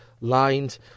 lined